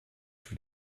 für